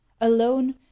alone